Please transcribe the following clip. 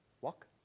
Walk